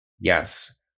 Yes